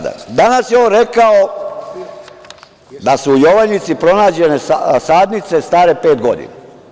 Danas je on rekao da su u „Jovanjici“ pronađene sadnice stare pet godina.